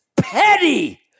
petty